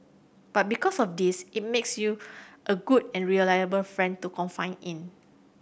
but because of this it makes you a good and reliable friend to confide in